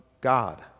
God